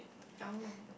oh